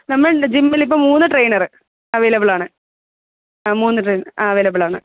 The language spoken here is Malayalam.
നമ്മളിൻ്റെ ജിമ്മിലിപ്പോൾ മൂന്ന് ട്രെയ്നറ് അവൈലബ്ളാണ് ആ മൂന്ന് ട്രെയ്ന ആ അവൈലബ്ളാണ്